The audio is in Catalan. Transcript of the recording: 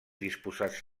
disposats